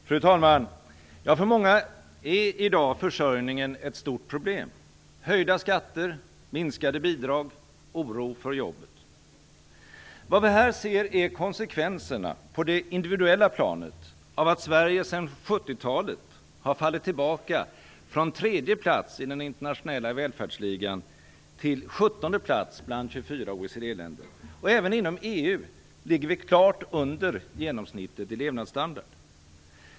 Fru talman! För många är i dag försörjningen ett stort problem. Exempel på det är höjda skatter, minskade bidrag och oro för jobbet. Vad vi här ser är konsekvenserna på det individuella planet av att Sverige sedan 1970-talet har fallit tillbaka från tredje plats i den internationella välfärdsligan till sjuttonde plats bland 24 OECD-länder. Även inom EU ligger vi klart under genomsnittet i levnadsstandard.